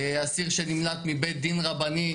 אסיר שנמלט מבית דין רבני,